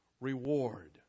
reward